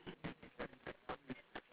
mm